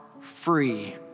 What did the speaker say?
free